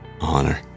honor